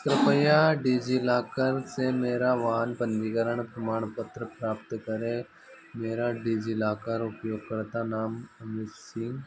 कृपया डिजिलॉकर से मेरा वाहन पंजीकरण प्रमाण पत्र प्राप्त करें मेरा डिजिलॉकर उपयोगकर्ता नाम अमित सिंह